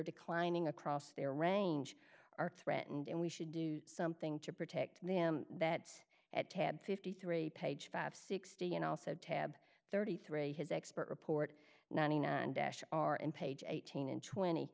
declining across their range are threatened and we should do something to protect them that at tab fifty three page five hundred and sixty and also tab thirty three has expert report ninety nine dash are in page eighteen and twenty